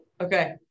Okay